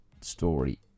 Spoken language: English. story